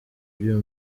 by’uyu